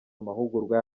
amahugurwa